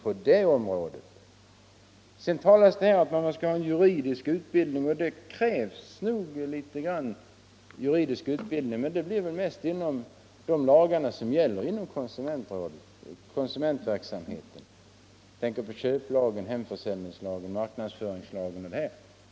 Här talas det om att de skall ha juridisk utbildning. Det krävs nog litet juridisk utbildning, men det blir väl mest i fråga om de lagar som gäller på konsumentområdet — jag tänker på köplagen, hemförsäljningslagen, marknadsföringslagen m.fl.